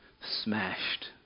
smashed